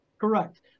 Correct